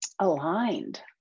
aligned